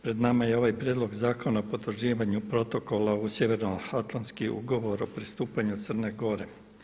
Pred nama je ovaj Prijedlog zakona o potvrđivanju protokola u Sjevernoatlanski ugovor o pristupanju Crne Gore.